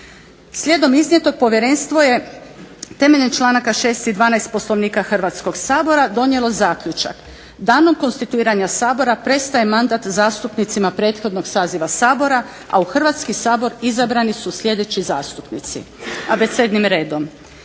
Slijedom iznijetog Povjerenstvo je temeljem članaka 6. i 12. Poslovnika Hrvatskog sabora donijelo zaključak: Danom konstituiranja Sabora prestaje mandat zastupnicima prethodnog saziva Sabora, a u Hrvatski sabor izabrani su sljedeći zastupnici abecednim redom: